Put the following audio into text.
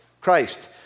Christ